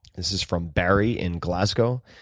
this is from berry in glasgow.